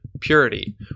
purity